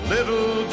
Little